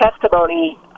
testimony